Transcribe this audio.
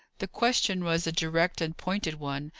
the question was a direct and pointed one,